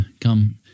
come